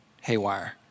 haywire